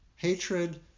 Hatred